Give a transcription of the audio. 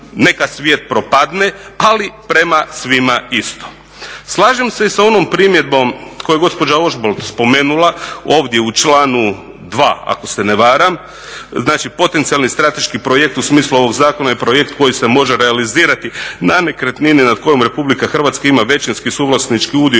neka svijet "propadne" ali prema svima isto. Slažem se i sa onom primjedbom koju je gospođa Ožbolt spomenula ovdje u članu 2. ako se ne varam, znači potencijalni strateški projekt u smislu ovog zakona je projekt koji se može realizirati na nekretnine nad kojima RH ima većinski suvlasnički udio